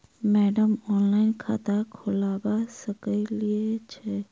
Madam online खाता खोलबा सकलिये छीयै?